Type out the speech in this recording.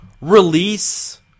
release